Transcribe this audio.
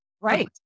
Right